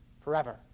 forever